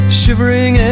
shivering